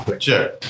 sure